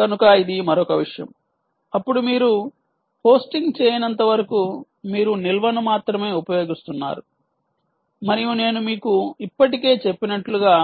కనుక ఇది మరొక విషయం అప్పుడు మీరు హోస్టింగ్ చేయనంతవరకు మీరు నిల్వను మాత్రమే ఉపయోగిస్తున్నారు మరియు నేను మీకు ఇప్పటికే చెప్పినట్లుగా